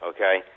Okay